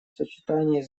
сочетании